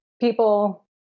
people